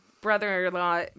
brother-in-law